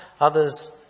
others